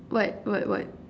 what what what